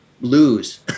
lose